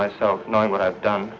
myself knowing what i've done